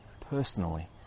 personally